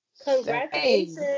Congratulations